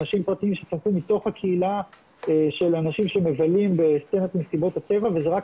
אנשים פרטיים שצמחו מתוך הקהילה של אנשים שמבלים במסיבות הטבע וזה רק